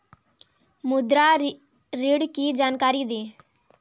मुद्रा ऋण की जानकारी दें?